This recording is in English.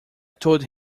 told